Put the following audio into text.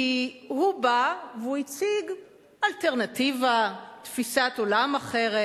כי הוא בא והוא הציג אלטרנטיבה, תפיסת עולם אחרת.